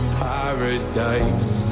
paradise